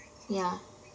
ya